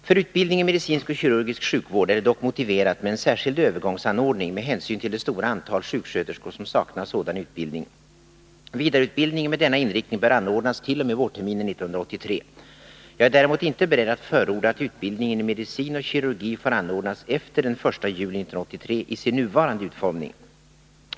För utbildning i medicinsk och kirurgisk sjukvård är det dock motiverat med en särskild övergångsanordning med hänsyn till det stora antal sjuksköterskor som saknar sådan utbildning. Vidareutbildningen med denna inriktning bör anordnas t.o.m. vårterminen 1983. Jag är däremot inte beredd att förorda att utbildningen i medicin och kirurgi får anordnas efter den 1 juli 1983 i sin nuvarande utformning.